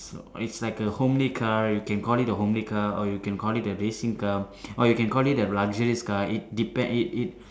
so it's like a homely car you can call it a homely car or you can call it a racing car or you can call it a luxurious car it depend it it